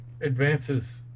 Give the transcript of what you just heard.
advances